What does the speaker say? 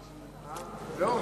אורי?